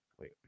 wait